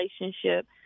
relationship